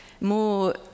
more